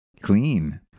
clean